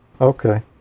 Okay